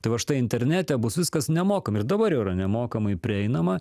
tai va štai internete bus viskas nemokama ir dabar jau yra nemokamai prieinama